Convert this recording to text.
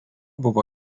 buvo